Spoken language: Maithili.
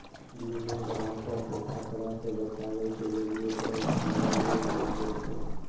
बीमा ग्राहको के खतरा से बचाबै के लेली एकरो इस्तेमाल मे लानै छै